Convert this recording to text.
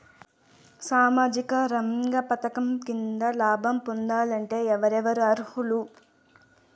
సామాజిక రంగ పథకం కింద లాభం పొందాలంటే ఎవరెవరు అర్హులు?